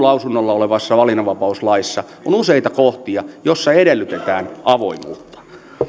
lausunnolla olevassa valinnanvapauslaissa on useita kohtia joissa edellytetään avoimuutta